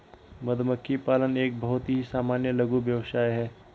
मधुमक्खी पालन एक बहुत ही सामान्य लघु व्यवसाय है